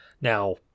Now